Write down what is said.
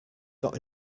got